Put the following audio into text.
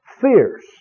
fierce